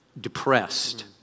depressed